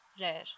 rare